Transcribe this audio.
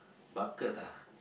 bucket ah